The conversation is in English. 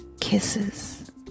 kisses